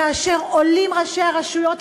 כאשר עולים ראשי הרשויות,